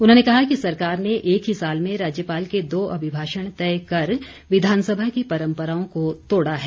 उन्होंने कहा कि सरकार ने एक ही साल में राज्यपाल के दो अभिभाषण तय कर विधानसभा की परम्पराओं को तोड़ा है